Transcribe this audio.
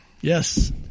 Yes